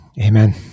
Amen